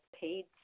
paid